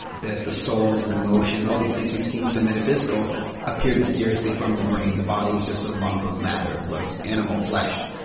that the soul and emotion, all these things would seem so metaphysical appeared mysteriously from the brain, the body was just a lump of matter, it was animal flesh.